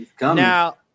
Now